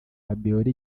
fabiola